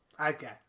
Okay